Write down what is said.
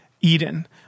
Eden